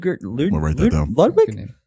Ludwig